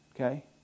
okay